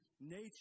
nature